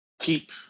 Keep